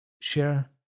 share